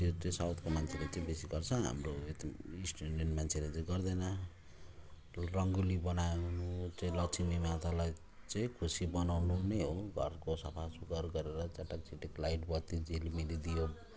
त्यो साउथको मान्छेले चाहिँ बेसी गर्छ हाम्रो यता इस्ट इन्डियन मान्छेले चाहिँ गर्दैन रङ्गोली बनाउनु चाहिँ लक्ष्मी मातालाई चाहिँ खुसी बनाउनु नै हो घरको सफा सुघर गरेर चटाक् चिटिक् लाइट बत्ती झिलिमिली दियो